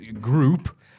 group